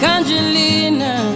Angelina